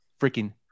freaking